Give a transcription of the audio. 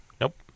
nope